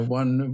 one